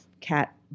cat